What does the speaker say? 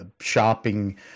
Shopping